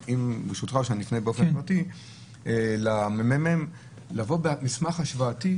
ברשותך או שאני אפנה באופן פרטי לממ"מ להביא מסמך השוואתי